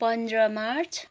पन्ध्र मार्च